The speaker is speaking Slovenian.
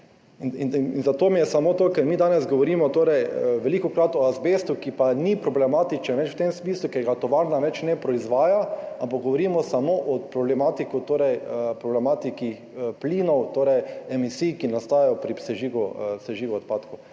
Zato samo to, ker mi danes govorimo velikokrat o azbestu, ki pa ni več problematičen v tem smislu, ker ga tovarna več ne proizvaja, ampak govorimo samo o problematiki plinov, torej emisij, ki nastajajo pri sežigu odpadkov.